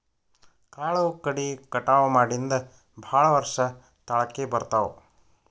ಕಾಳು ಕಡಿ ಕಟಾವ ಮಾಡಿಂದ ಭಾಳ ವರ್ಷ ತಾಳಕಿ ಬರ್ತಾವ